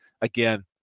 again